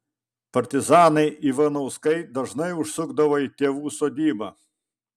partizanai ivanauskai dažnai užsukdavo į tėvų sodybą